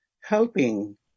helping